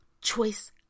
choice